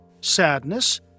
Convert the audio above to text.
sadness